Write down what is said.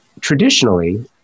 traditionally